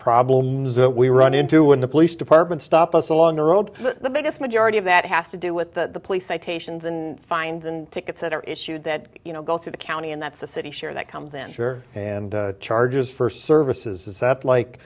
problems that we run into when the police department stop us along the road but the biggest majority of that has to do with the police citations and fines and tickets that are issued that you know go through the county and that's the city sure that comes in here and charges for services to sept like